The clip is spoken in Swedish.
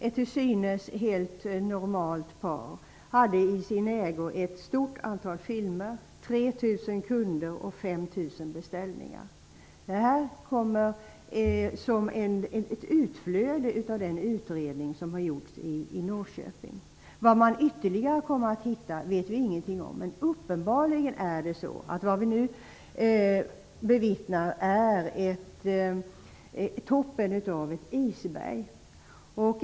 Ett till synes helt normalt par hade i sin ägo ett stort antal filmer, 3 000 kunder och 5 000 beställningar. Det här kommer som ett utflöde av den utredning som har gjorts i Norrköping. Vad man ytterligare kommer att hitta vet vi ingenting om, men uppenbarligen är det vi nu bevittnar toppen av ett isberg.